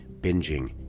binging